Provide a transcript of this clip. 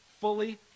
fully